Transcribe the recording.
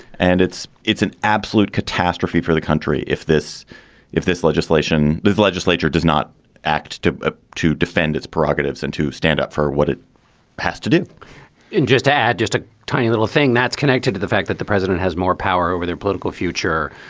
and it's it's an absolute catastrophe for the country. if this if this legislation with the legislature does not act to ah to defend its prerogatives and to stand up for what it has to do and just to add just a tiny little thing that's connected to the fact that the president has more power over their political future.